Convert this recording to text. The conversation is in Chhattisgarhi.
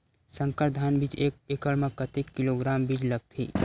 संकर धान बीज एक एकड़ म कतेक किलोग्राम बीज लगथे?